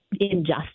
injustice